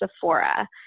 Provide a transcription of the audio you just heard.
Sephora